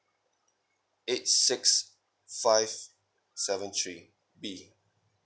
eight six five seven three B